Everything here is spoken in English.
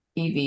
EV